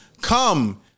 come